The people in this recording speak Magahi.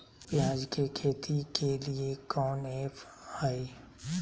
प्याज के खेती के लिए कौन ऐप हाय?